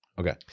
Okay